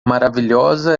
maravilhosa